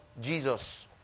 Jesus